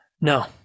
No